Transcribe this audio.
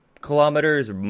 kilometers